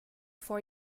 for